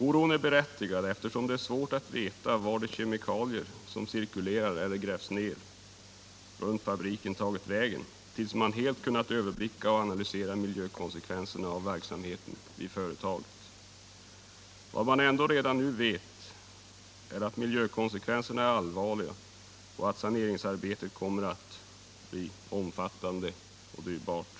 Oron är berättigad, eftersom det är svårt att veta vart de kemikalier som cirkulerat runt fabriken tagit vägen, tills man helt kunnat överblicka och analysera miljökonsekvenserna av verksamheten vid företaget. Vad Nr 7 man redan nu vet är att miljökonsekvenserna är allvarliga och att sa Torsdagen den neringsarbetet kommer att bli omfattande och dyrbart.